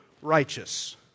righteous